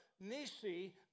Nisi